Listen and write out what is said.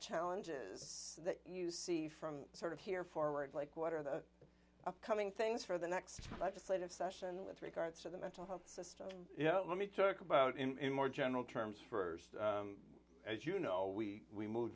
challenges that you see from sort of here forward like water the upcoming things for the next legislative session with regards to the mental health system you know let me talk about in more general terms for as you know we we move